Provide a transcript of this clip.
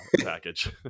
package